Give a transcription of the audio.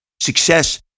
success